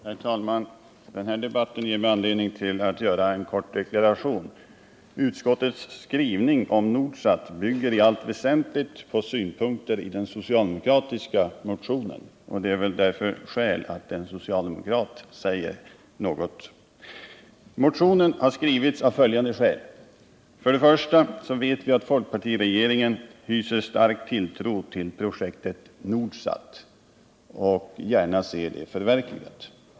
Herr talman! Denna debatt ger mig anledning att göra en kort deklaration. Utskottets skrivning om Nordsat bygger i allt väsentligt på synpunkter i den socialdemokratiska motionen, och det finns därför skäl att en socialdemokrat säger något. Motionen har skrivits av följande skäl. För det första vet vi att folkpartiregeringen hyser stark tilltro till projektet Nordsat och gärna ser det förverkligat.